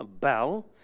Bell